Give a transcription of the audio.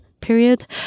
period